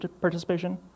participation